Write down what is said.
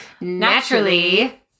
Naturally